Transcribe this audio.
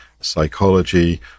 psychology